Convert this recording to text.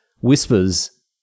whispers